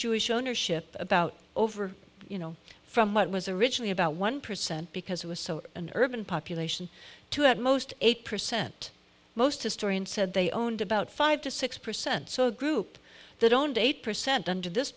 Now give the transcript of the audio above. jewish ownership about over you know from what was originally about one percent because it was so an urban population to at most eight percent most historians said they owned about five to six percent so the group that owned eight percent under this